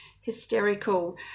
hysterical